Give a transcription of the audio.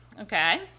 okay